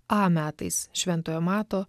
a metais šventojo mato